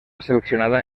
seleccionada